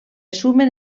sumen